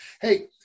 hey